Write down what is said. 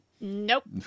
Nope